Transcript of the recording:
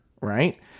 right